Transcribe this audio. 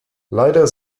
leider